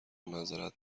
معذرت